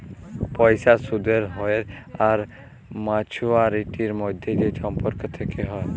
পয়সার সুদের হ্য়র আর মাছুয়ারিটির মধ্যে যে সম্পর্ক থেক্যে হ্যয়